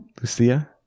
Lucia